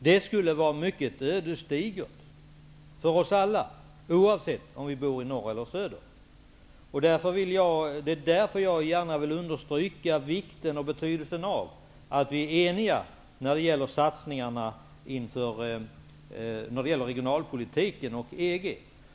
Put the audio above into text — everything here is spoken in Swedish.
Det skulle vara mycket ödesdigert för oss alla oavsett om vi bor i norr eller söder. Det är därför jag gärna vill understryka vikten och betydelsen av att vi är eniga när det gäller satsningarna kring regionalpolitiken och EG.